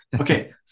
Okay